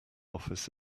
office